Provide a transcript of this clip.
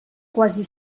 quasi